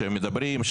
שמדברים,